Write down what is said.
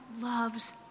loves